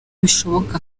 bishiboka